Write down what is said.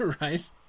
right